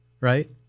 right